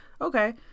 Okay